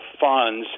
funds